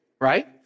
right